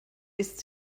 ist